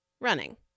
running